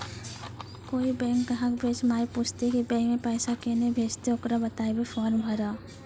कोय बैंक ग्राहक बेंच माई पुछते की बैंक मे पेसा केना भेजेते ते ओकरा बताइबै फॉर्म भरो